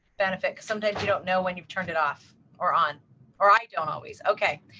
benefit because sometimes you don't know when you have turned it off or on or i don't always. okay.